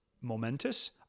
momentous